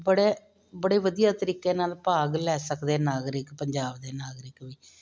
ਬੜੇ ਬੜੇ ਵਧੀਆ ਤਰੀਕੇ ਨਾਲ ਭਾਗ ਲੈ ਸਕਦੇ ਨਾਗਰਿਕ ਪੰਜਾਬ ਦੇ ਨਾਗਰਿਕ ਵੀ